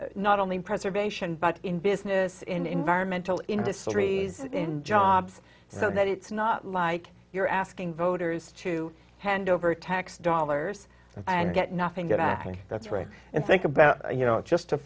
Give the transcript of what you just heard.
in not only preservation but in business in environmental industries and jobs so that it's not like you're asking voters to hand over tax dollars i get nothing that i that's right and think about you know just to